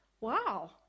wow